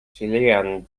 chilean